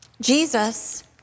Jesus